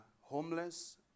homeless